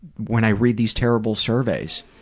when i read these terrible surveys?